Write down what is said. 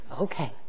Okay